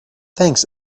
thanks